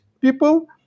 people